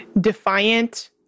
defiant